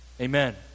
Amen